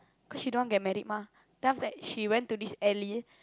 cause she don't want get married mah then after that she went to this alley